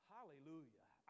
Hallelujah